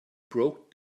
broke